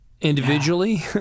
individually